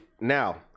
Now